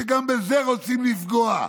וגם בזה רוצים לפגוע.